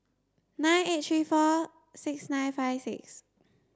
nine eight three four six nine five six